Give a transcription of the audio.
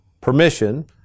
Permission